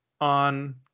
on